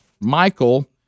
Michael